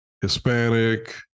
Hispanic